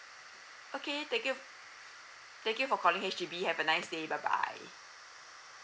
okay thank you thank you for calling H_D_B have a nice day bye bye